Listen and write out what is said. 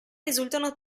risultano